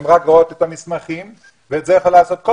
הן רק רואות את המסמכים ואת זה יכולה לעשות כל